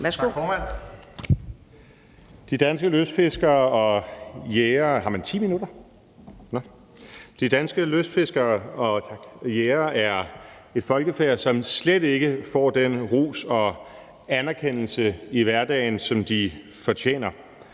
De danske lystfiskere og jægere er et folkefærd, som slet ikke får den ros og anerkendelse i hverdagen, som de fortjener.